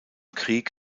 krieg